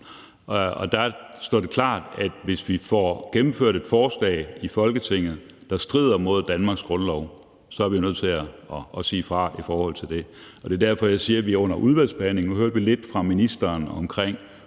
det står klart, at hvis vi får gennemført et forslag i Folketinget, der strider mod Danmarks grundlov, er vi nødt til at sige fra i forhold til det. Det er derfor, jeg siger, at vi må se på det under udvalgsbehandlingen. Nu hørte vi lidt fra ministeren omkring